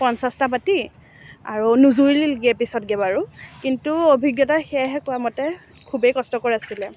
পঞ্চাছটা বাতি আৰু নুজুৰিলগৈ পিছতকে বাৰু কিন্তু অভিজ্ঞতা সেয়াহে কোৱা মতে খুবেই কষ্টকৰ আছিলে